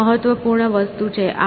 આ મહત્વપૂર્ણ વસ્તુ છે